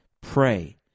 pray